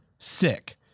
sick